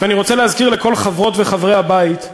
ואני רוצה להזכיר לכל חברות וחברי הבית,